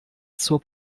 zur